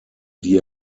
die